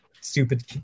stupid